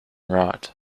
rot